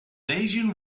asian